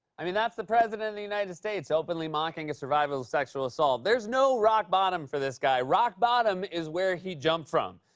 i mean, that's the president of the united states openly mocking a survivor of sexual assault. there's no rock bottom for this guy. rock bottom is where he jumped from.